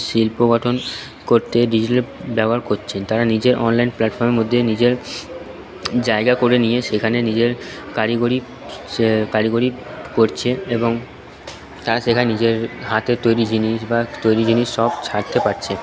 শিল্প গঠন করতে ডিজিটাল ব্যবহার করছে তারা নিজের অনলাইন প্লাটফর্মের মধ্যে নিজের জায়গা করে নিয়ে সেখানে নিজের কারিগরি কারিগরি করছে এবং তারা সেখানে নিজের হাতের তৈরি জিনিস বা তৈরি জিনিস সব ছাড়তে পারছে